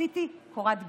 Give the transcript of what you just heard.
רציתי קורת גג,